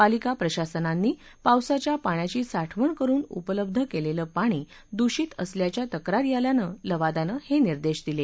पालिका प्रशासनांनी पावसाच्या पाण्याची साठवण करुन उपलब्ध केलेलं पाणी दूषित असल्याच्या तक्रारी आल्यानं लवादानं हे निर्देश दिले